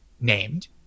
named